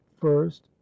first